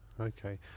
okay